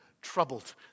troubled